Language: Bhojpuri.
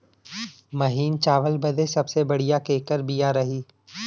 महीन चावल बदे सबसे बढ़िया केकर बिया रही?